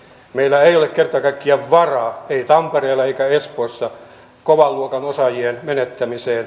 meillä ei ole kerta kaikkiaan varaa ei tampereella eikä espoossa kovan luokan osaajien menettämiseen